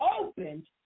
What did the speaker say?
opened